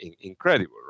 incredible